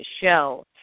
Show